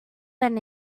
than